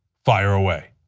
fire away.